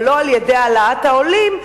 אבל לא על-ידי העלאת העולים,